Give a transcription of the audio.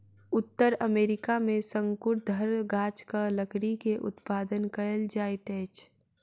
उत्तर अमेरिका में शंकुधर गाछक लकड़ी के उत्पादन कायल जाइत अछि